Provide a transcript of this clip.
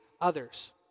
others